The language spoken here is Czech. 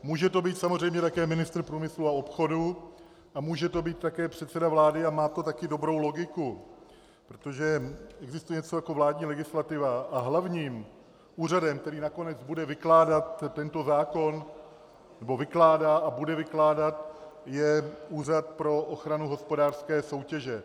Může to být samozřejmě také ministr průmyslu a obchodu a může to být také předseda vlády a má to také dobrou logiku, protože existuje něco jako vládní legislativa a hlavním úřadem, který nakonec bude vykládat tento zákon nebo vykládá a bude vykládat, je Úřad pro ochranu hospodářské soutěže.